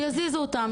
שיזיזו אותם,